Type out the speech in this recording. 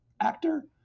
actor